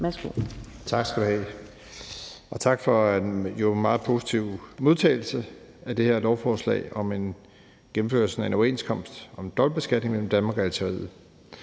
Bruus): Tak, og tak for en jo meget positiv modtagelse af det her lovforslag om gennemførelse af en overenskomst om dobbeltbeskatning mellem Danmark og Algeriet.